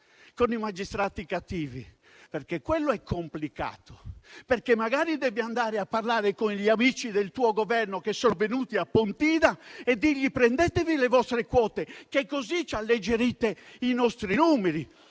con i magistrati cattivi, perché quello è complicato; perché magari devi andare a parlare con gli amici del tuo Governo che sono venuti a Pontida e dire loro di prendere le proprie quote al fine di alleggerire i nostri numeri,